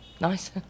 Nice